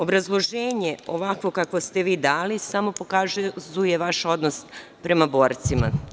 Obrazloženje ovakvo kako ste vi dali, samo pokazuje vaš odnos prema borcima.